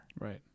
Right